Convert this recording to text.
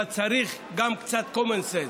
אבל צריך גם קצת common sense,